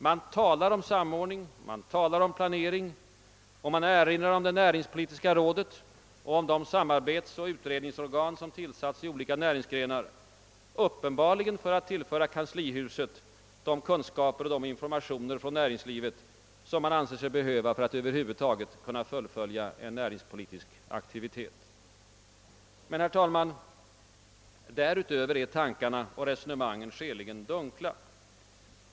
Man talar om samordning, man talar om planering och man erinrar om det näringspolitiska rådet och om de samarbetsoch utredningsorgan som tillsatts i olika näringsgrenar, uppenbarligen för att tillföra kanslihuset de kunskaper och informationer från näringslivet som man anser sig behöva för att över huvud taget kunna fullfölja en näringspolitisk aktivitet. Men, herr talman, därutöver är tankarna och resonemangen skäligen dunkla.